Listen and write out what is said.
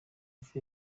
mvura